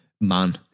man